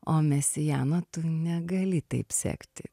o mesiano tu negali taip sekti